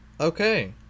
Okay